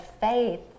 faith